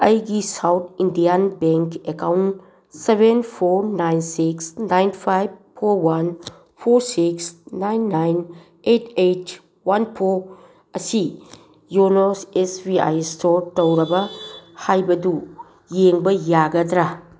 ꯑꯩꯒꯤ south Indian bank account seven four nine six nine five four one four six nine nine eight eight one four ꯑꯁꯤ YONO S B I ꯏꯁꯣꯔ ꯇꯧꯔꯕ ꯍꯥꯏꯕꯗꯨ ꯌꯦꯡꯕ ꯌꯥꯒꯗ꯭ꯔꯥ